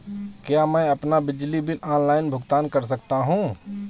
क्या मैं अपना बिजली बिल ऑनलाइन भुगतान कर सकता हूँ?